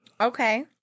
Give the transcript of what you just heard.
Okay